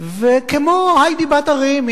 וכמו היידי בת ההרים,